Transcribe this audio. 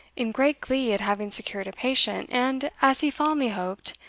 in great glee at having secured a patient, and, as he fondly hoped,